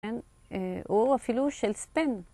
אור אפילו של ספן.